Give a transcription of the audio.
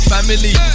Family